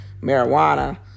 marijuana